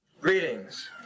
Greetings